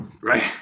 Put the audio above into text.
Right